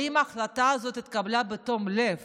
האם ההחלטה הזו התקבלה בתום לב